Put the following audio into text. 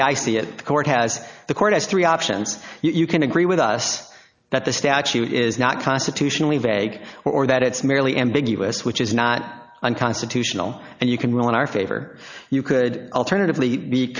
way i see it the court has the court has three options you can agree with us that the statute is not constitutionally vague or that it's merely ambiguous which is not unconstitutional and you can rule in our favor you could alternatively be